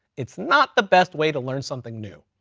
it's not the best way to learn something new.